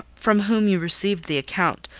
from whom you received the account.